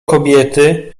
kobiety